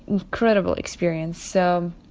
incredible experience. so,